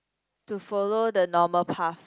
to follow the normal path